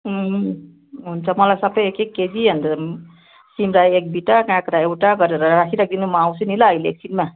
अँ हुन्छ मलाई सबै एक एक केजी अन्त सिमरायो एक बिटा काँक्रा एउटा गरेर राखिराख्दिनु म आउँछु नि ल अहिले एकछिनमा